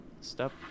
step